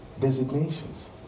designations